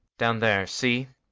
down there see?